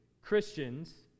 Christians